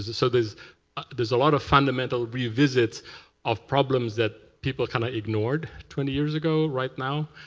so there's there's a lot of fundamental revisits of problems that people kind of ignored twenty years ago right now,